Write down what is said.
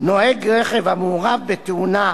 "נוהג רכב המעורב בתאונה,